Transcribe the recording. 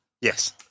Yes